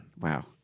Wow